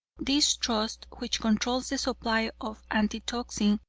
this trust, which controls the supply of antitoxin,